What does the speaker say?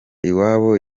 iwabo